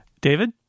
David